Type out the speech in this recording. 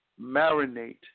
Marinate